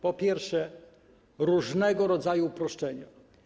Po pierwsze, różnego rodzaju uproszczenia.